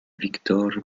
victor